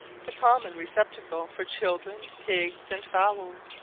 the common receptacle for children, pigs, and fowls.